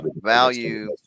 value